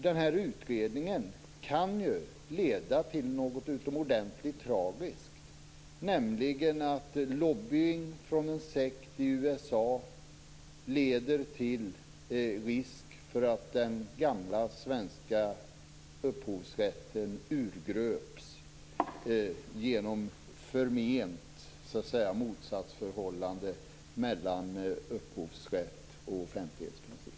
Den här utredningen kan leda till något utomordentligt tragiskt, nämligen att lobbying från en sekt i USA gör att den gamla svenska upphovsrätten riskerar urgröpas genom ett förment motsatsförhållande mellan upphovsrätt och offentlighetsprincip.